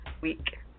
week